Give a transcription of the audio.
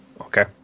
Okay